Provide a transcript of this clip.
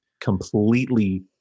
completely